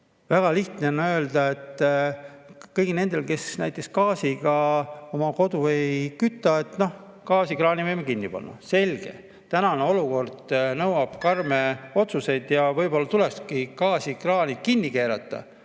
Väga lihtne on öelda, et kõigil nendel, kes näiteks gaasiga oma kodu ei küta, võime gaasikraani kinni panna. Selge. Tänane olukord nõuab karme otsuseid ja võib-olla tulekski gaasikraanid kinni keerata.